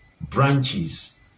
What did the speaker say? branches